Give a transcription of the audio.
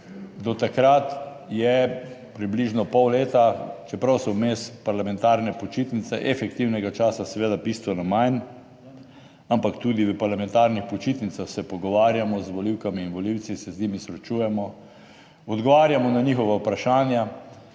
do takrat je približno pol leta, čeprav so vmes parlamentarne počitnice, efektivnega časa seveda bistveno manj, ampak tudi v parlamentarnih počitnicah se pogovarjamo z volivkami in volivci se z njimi srečujemo, odgovarjamo na njihova vprašanja